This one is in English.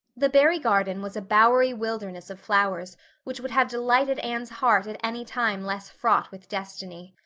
the barry garden was a bowery wilderness of flowers which would have delighted anne's heart at any time less fraught with destiny.